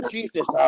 Jesus